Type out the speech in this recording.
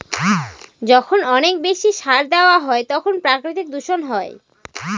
যখন অনেক বেশি সার দেওয়া হয় তখন প্রাকৃতিক দূষণ হয়